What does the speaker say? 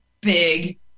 big